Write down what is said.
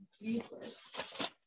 useless